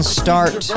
start